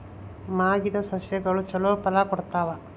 ಮಾಗಿದ್ ಸಸ್ಯಗಳು ಛಲೋ ಫಲ ಕೊಡ್ತಾವಾ?